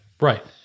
Right